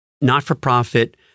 not-for-profit